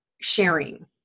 sharing